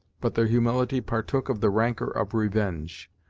but their humility partook of the rancour of revenge.